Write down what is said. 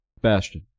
Bastion